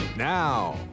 Now